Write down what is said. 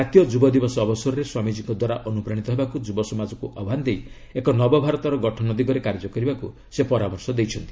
ଜାତୀୟ ଯୁବଦିବସ ଅବସରରେ ସ୍ୱାମୀଜୀଙ୍କ ଦ୍ୱାରା ଅନୁପ୍ରାଣିତ ହେବାକୁ ଯୁବସମାଜକୁ ଆହ୍ୱାନ ଦେଇ ଏକ ନବଭାରତର ଗଠନ ଦିଗରେ କାର୍ଯ୍ୟ କରିବାକୁ ସେ ଆହ୍ୱାନ ଦେଇଛନ୍ତି